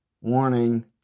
warning